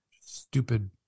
Stupid